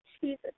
Jesus